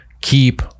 keep